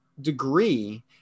degree